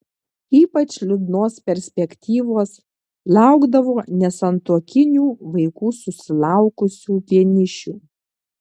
ypač liūdnos perspektyvos laukdavo nesantuokinių vaikų susilaukusių vienišių